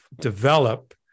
develop